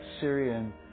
Syrian